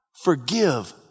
forgive